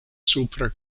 supre